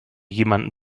jemanden